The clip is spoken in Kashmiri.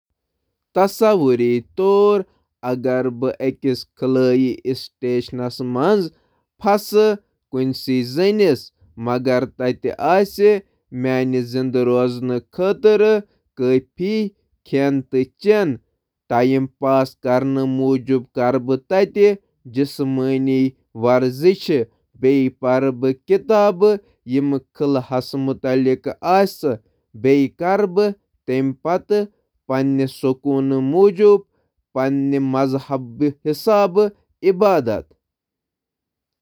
تصور کٔرِو، اگر بہٕ خلا باز چھُس، بہٕ گوٚو کُنی زَن أکِس خلٲئی سٹیشنس منٛز پھسیمُت۔ اتہِ چُھنہٕ کٲفی کھین تہٕ آب۔ بہٕ کَرٕ وقت، گۄڈٕ کَرٕ بہٕ مشقہٕ تہٕ جایہِ مُتعلِق کِتابہٕ پٔرِتھ تہٕ پننہِ مذہبٕ مُطٲبِق کَرٕ عبادت۔